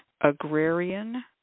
agrarian